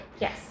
yes